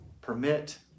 permit